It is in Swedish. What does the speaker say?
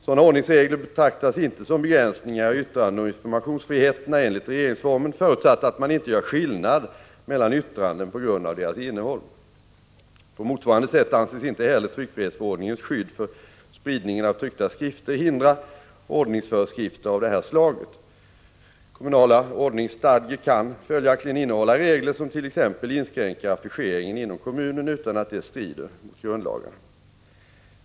Sådana ordningsregler betraktas inte som begränsningar i yttrandeoch informationsfriheterna enligt regeringsformen, förutsatt att man inte gör skillnad mellan yttranden på grund av deras innehåll. På motsvarande sätt anses inte heller tryckfrihetsförordningens skydd för spridningen av tryckta skrifter hindra ordningsföreskrifter av detta slag. Kommunala ordningsstadgor kan följaktligen innehålla regler som t.ex. inskränker affischeringen inom kommunen utan att detta strider mot grundlagarna.